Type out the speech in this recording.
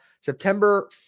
September